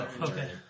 Okay